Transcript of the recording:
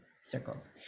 circles